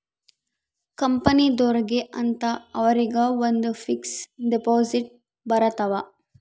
ಕಂಪನಿದೊರ್ಗೆ ಅಂತ ಅವರಿಗ ಒಂದ್ ಫಿಕ್ಸ್ ದೆಪೊಸಿಟ್ ಬರತವ